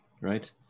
right